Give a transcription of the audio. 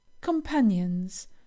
companions